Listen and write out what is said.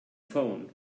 phone